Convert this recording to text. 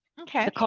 okay